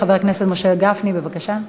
חבר הכנסת משה גפני, בבקשה.